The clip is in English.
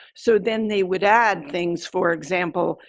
so then they would add things, for example,